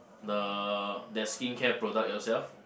the their skincare product yourself